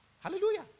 Hallelujah